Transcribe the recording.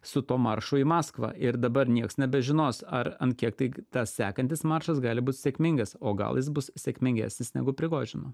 su tuo maršu į maskvą ir dabar nieks nebežinos ar ant kiek tai tas sekantis maršas gali būti sėkmingas o gal jis bus sėkmingesnis negu prigožino